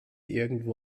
irgendwo